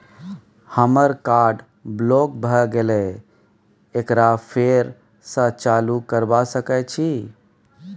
हमर card block भ गेले एकरा फेर स चालू करबा सके छि?